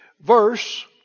verse